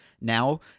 now